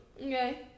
Okay